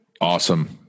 Awesome